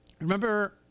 Remember